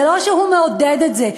זה לא שהוא מעודד את זה.